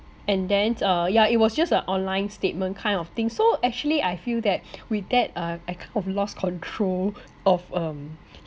and then uh yeah it was just a online statement kind of thing so actually I feel that with that uh I kind of lost control of um